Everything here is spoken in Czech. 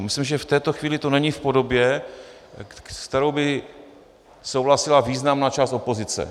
Myslím, že v této chvíli to není v podobě, se kterou by souhlasila významná část opozice.